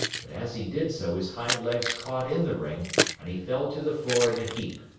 but as he did so his hind legs caught in the ring and he fell to the floor in a heap.